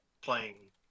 playing